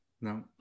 no